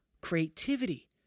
creativity